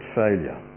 failure